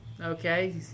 Okay